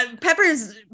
pepper's